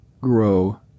grow